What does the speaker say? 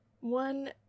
one